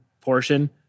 portion